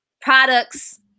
products